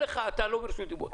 אתה לא ברשות דיבור.